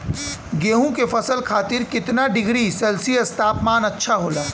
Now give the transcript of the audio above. गेहूँ के फसल खातीर कितना डिग्री सेल्सीयस तापमान अच्छा होला?